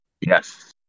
yes